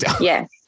Yes